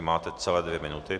Máte celé dvě minuty.